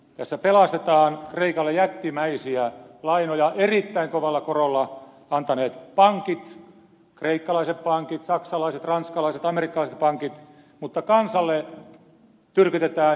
tässä pelastetaan kreikalle jättimäisiä lainoja erittäin kovalla korolla antaneet pankit kreikkalaiset pankit saksalaiset ranskalaiset amerikkalaiset pankit mutta kansalle tyrkytetään nälkäkuuria